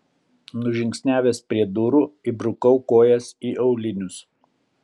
nužingsniavęs prie durų įbrukau kojas į aulinius